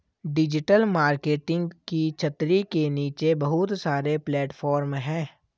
digital marketing की छतरी के नीचे बहुत सारे प्लेटफॉर्म हैं